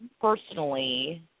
personally